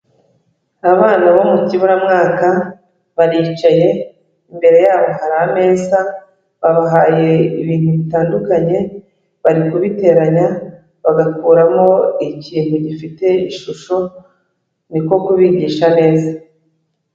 Abana bo mu kiburamwaka baricaye, imbere yabo hari ameza, babahaye ibintu bitandukanye, bari kubiteranya bagakuramo ikintu gifite ishusho, niko kubigisha neza.